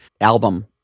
album